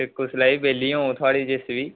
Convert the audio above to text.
ते कुसलै बी बेह्ल्ली होंग थुआढ़ी जेसीबी